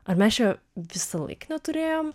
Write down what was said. ar mes čia visąlaik neturėjom